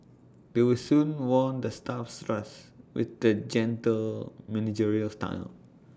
they will soon won the staff's trust with their gentle managerial style